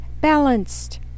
balanced